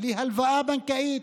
בלי הלוואה בנקאית,